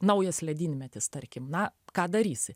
naujas ledynmetis tarkim na ką darysi